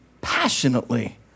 passionately